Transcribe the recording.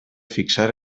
fixar